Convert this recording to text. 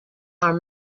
are